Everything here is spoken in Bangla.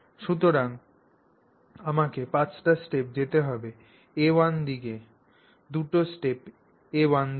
সুতরাং আমাকে 5 স্টেপ যেতে হবে a1 দিকে 2 স্টেপ a1 দিকে